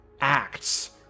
acts